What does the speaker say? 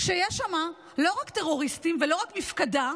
שיש שם לא רק טרוריסטים ולא רק מפקדה,